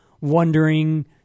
wondering